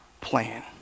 plan